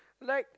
like